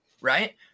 right